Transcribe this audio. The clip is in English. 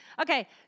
Okay